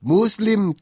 Muslim